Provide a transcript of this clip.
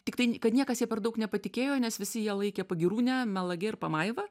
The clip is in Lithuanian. tiktai kad niekas per daug nepatikėjo nes visi ją laikė pagyrūne melage ir pamaiva